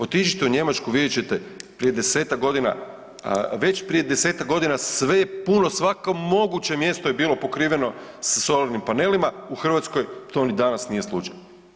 Otiđite u Njemačku vidjet ćete prije 10-tak godina, već prije 10-tak godina sve je puno, svako moguće mjesto je bilo pokriveno sa solarnim panelima, u Hrvatskoj to ni danas nije slučaj.